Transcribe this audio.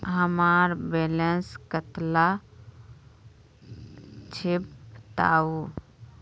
हमार बैलेंस कतला छेबताउ?